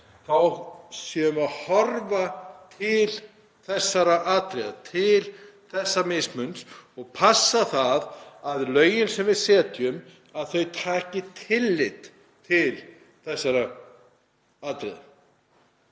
þá séum við að horfa til þessara atriða, til þessa mismunar, og passa það að lögin sem við setjum taki tillit til þessara atriða.